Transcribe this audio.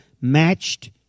matched